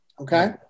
okay